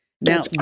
Now